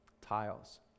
tiles